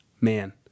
man